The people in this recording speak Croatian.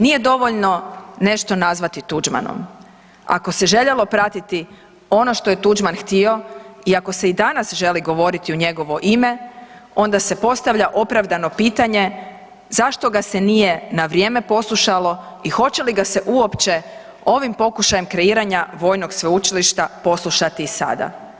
Nije dovoljno nešto nazvati Tuđmanom, ako se željelo pratiti ono što je Tuđman htio i ako se i danas želi govoriti u njegovo ime, onda se postavlja opravdano pitanje, zašto ga se nije na vrijeme poslušalo i hoće li ga se uopće ovim pokušajem kreiranja vojnog sveučilišta poslušati i sada?